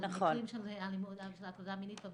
מקרים של הטרדה מינית.